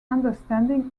understanding